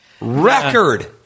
Record